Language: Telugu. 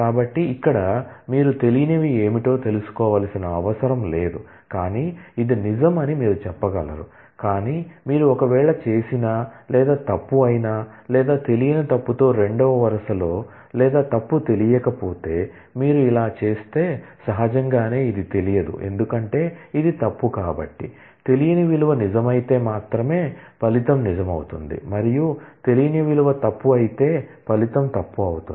కాబట్టి ఇక్కడ మీరు తెలియనివి ఏమిటో తెలుసుకోవలసిన అవసరం లేదు కానీ ఇది నిజం అని మీరు చెప్పగలరు కాని మీరు ఒకవేళ చేసినా లేదా తప్పు అయినా లేదా తెలియని తప్పుతో రెండవ వరుసలో లేదా తప్పు తెలియకపోతే మీరు ఇలా చేస్తే సహజంగానే ఇది తెలియదు ఎందుకంటే ఇది తప్పు కాబట్టి తెలియని విలువ నిజమైతే మాత్రమే ఫలితం నిజం అవుతుంది మరియు తెలియని విలువ తప్పు అయితే ఫలితం తప్పు అవుతుంది